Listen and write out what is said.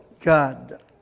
God